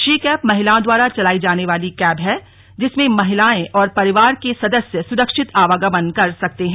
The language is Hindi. ीम कैब महिलाओं द्वारा चलाई जाने वाली कैब है जिसमे महिलांए और परिवार के सदस्य सुरक्षित आवागमन कर सकते हैं